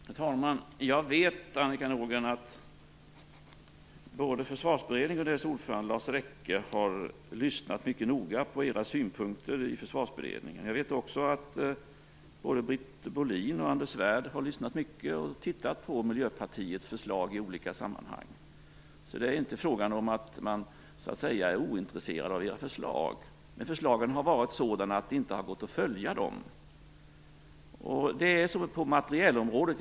Herr talman! Jag vet, Annika Nordgren, att både Försvarsberedningen och dess ordförande Lars Rekke har lyssnat mycket noga på era synpunkter. Jag vet också att både Britt Bohlin och Anders Svärd lyssnat och tittat mycket på Miljöpartiets förslag i olika sammanhang. Det är alltså inte så att man är ointresserad av era förslag, men förslagen har varit sådana att det inte har gått att följa dem. Ta t.ex. materielområdet.